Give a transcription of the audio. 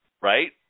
Right